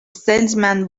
salesman